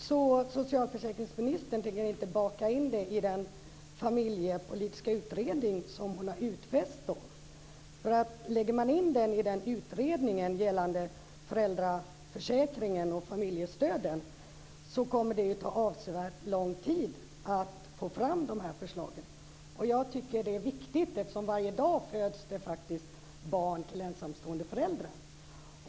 Fru talman! Socialförsäkringsministern tänker alltså inte baka in detta i den familjepolitiska utredning som hon har aviserat. Läggs denna fråga in i utredningen gällande föräldraförsäkringen och familjestöden kommer det att ta en avsevärd tid att få fram de här förslagen. Jag tycker att det här är en viktig angelägenhet, eftersom det faktiskt varje dag föds barn till ensamstående föräldrar.